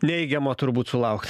neigiamo turbūt sulaukt